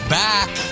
back